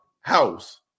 house